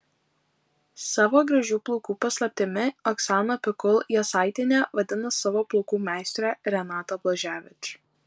savo gražių plaukų paslaptimi oksana pikul jasaitienė vadina savo plaukų meistrę renatą blaževič